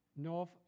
north